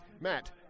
Matt